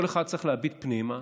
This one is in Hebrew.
כל אחד צריך להביט פנימה